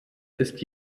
ist